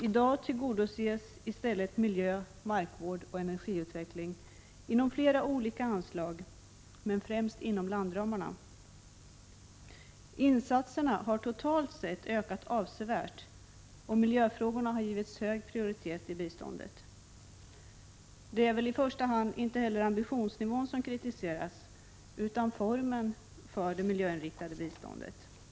I dag tillgodoses i stället miljö, markvård och energiutveckling genom flera olika anslag men främst inom landramarna. Insatserna har totalt sett ökat avsevärt, och miljöfrågorna har givits hög prioritet i biståndet. Det är inte heller i första hand ambitionsnivån utan formen för det miljöinriktade biståndet som kritiseras.